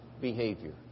behavior